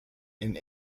and